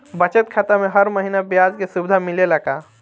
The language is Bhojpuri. बचत खाता में हर महिना ब्याज के सुविधा मिलेला का?